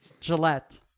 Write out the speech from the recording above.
Gillette